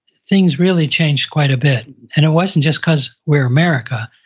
things really changed quite a bit. and it wasn't just because we're america.